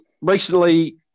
recently